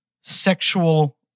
sexual